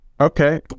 Okay